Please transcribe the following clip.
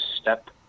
step